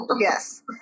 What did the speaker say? Yes